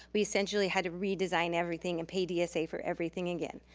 we essentially had to redesign everything and pay dsa for everything again.